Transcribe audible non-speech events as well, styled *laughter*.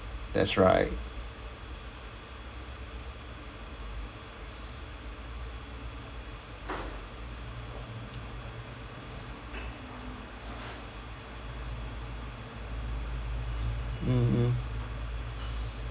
that's right *noise* mm mm